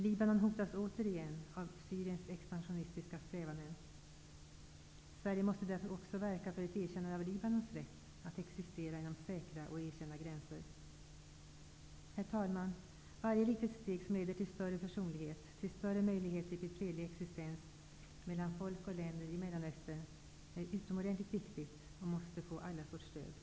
Libanon hotas återigen av Syriens expansionistiska strävanden. Sverige måste därför också verka för ett erkännande av Libanons rätt att existera inom säkra och erkända gränser. Herr talman! Varje litet steg som leder till större försonlighet, till större möjligheter till fredlig samexistens mellan folk och länder i Mellanöstern är utomordentligt viktigt och måste få allas vårt stöd.